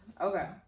Okay